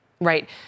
Right